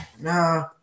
Nah